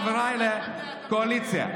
חבריי לקואליציה,